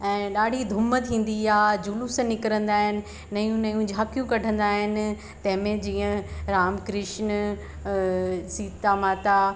ऐं ॾाढी धूमधाम थींदी आहे जूलूस निकिरींदा आहिनि नयूं नयूं झाकियूं कढंदा आहिनि तंहिंमें जीअं राम कृष्ण सीता माता